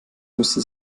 müsste